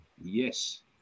Yes